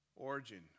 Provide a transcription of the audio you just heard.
Origin